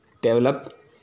develop